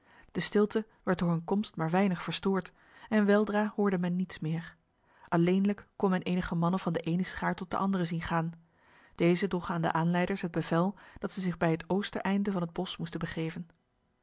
de stilte werd door hun komst maar weinig verstoord en weldra hoorde men niets meer alleenlijk kon men enige mannen van de ene schaar tot de andere zien gaan deze droegen aan de aanleiders het bevel dat zij zich bij het oostereinde van het bos moesten begeven